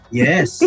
yes